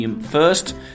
first